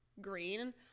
green